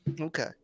Okay